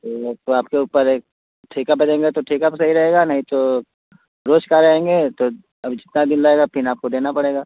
तो ये तो आपके ऊपर एक ठेका पर देगा तो ठेका पर सही रहेगा नहीं तो रोज करेंगे तो अभी जितना दिन लगेगा फिर आपको देना पड़ेगा